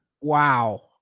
Wow